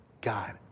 God